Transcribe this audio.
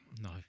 No